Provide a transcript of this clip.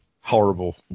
horrible